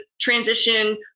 transition